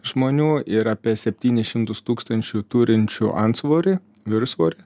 žmonių ir apie septynis šimtus tūkstančių turinčių antsvorį viršsvorį